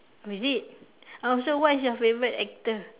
isn't oh so what's your favourite actor